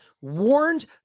warned